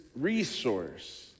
resource